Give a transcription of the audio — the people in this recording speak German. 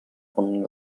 brunnen